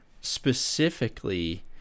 specifically